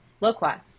loquats